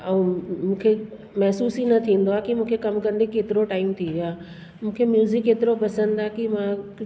ऐं मूंखे महिसूस ई न थींदो आहे की मूंखे कमु कंदे केतिरो टाइम थी वियो आहे मूंखे म्यूज़िक एतिरो पसंदि आहे की मां